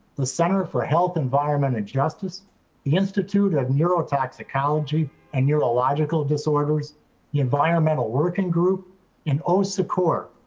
the center for health environmental justice, the institute of neurotoxicology and neurological disorders, the environmental working group in osa corp,